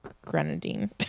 grenadine